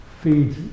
feeds